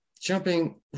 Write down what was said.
jumping